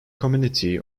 community